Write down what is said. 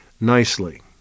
nicely